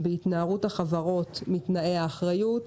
בהתנערות החברות מתנאי האחריות,